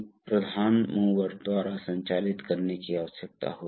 तो अगर आप वास्तव में चाहते हैं तो लागत में कमी आती है